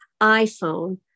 iPhone